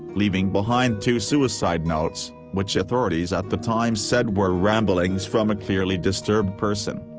leaving behind two suicide notes, which authorities at the time said were ramblings from a clearly disturbed person.